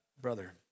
brother